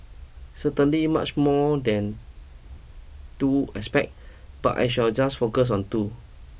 certainly much more than two aspect but I shall just focus on two